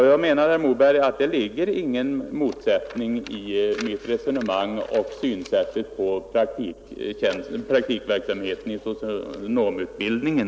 Jag menar, herr Moberg, att det ligger ingen motsättning i mitt resonemang och synsättet på praktikverksamheten i socionomutbildningen.